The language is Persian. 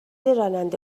راننده